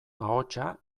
ahotsa